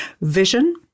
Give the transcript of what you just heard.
vision